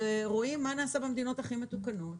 ורואים מה נעשה במדינות הכי מתוקנות,